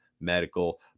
Medical